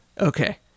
Okay